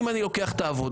אם אני לוקח את העבודה,